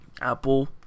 Apple